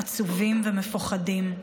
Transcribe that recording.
עצובים ומפוחדים,